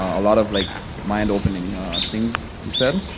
a lot of like mind-opening things you said.